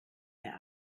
mir